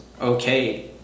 okay